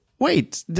Wait